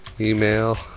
email